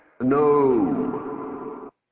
No